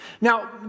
Now